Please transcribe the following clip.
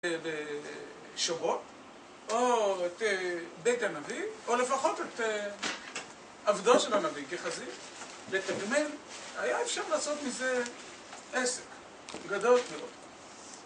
שוות, או את בית הנביא, או לפחות את עבדו של הנביא כחזיר, לתגמל, היה אפשר לעשות מזה עסק גדול מאוד.